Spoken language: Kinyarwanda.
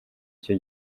cyo